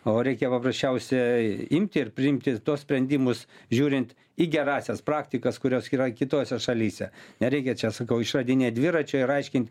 o reikia paprasčiausiai imti ir priimti tuos sprendimus žiūrint į gerąsias praktikas kurios yra kitose šalyse nereikia čia sakau išradinėt dviračio ir aiškint